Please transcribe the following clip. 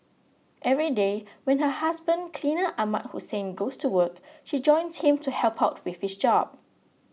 every day when her husband cleaner Ahmad Hussein goes to work she joins him to help out with his job